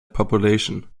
population